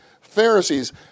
Pharisees